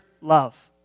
love